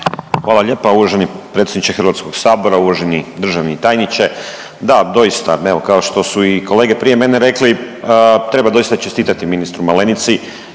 Hvala lijepa. Uvaženi predsjedniče Hrvatskog sabora, uvaženi državni tajniče. Da doista, evo kao što su i kolege prije mene rekli treba doista čestitati ministru Malenici